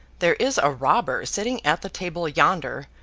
there is a robber sitting at the table yonder,